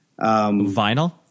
vinyl